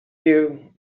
you